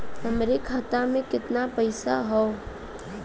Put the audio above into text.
हमरे खाता में कितना पईसा हौ?